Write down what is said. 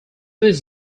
this